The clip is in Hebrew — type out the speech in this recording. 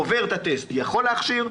עובר את הטסט יכול להכשיר,